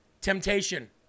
temptation